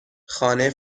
خانه